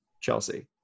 Chelsea